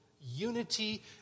unity